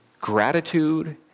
gratitude